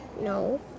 No